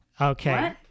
okay